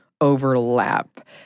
overlap